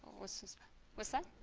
what's this what's that